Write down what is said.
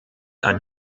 ein